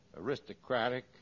aristocratic